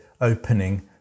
opening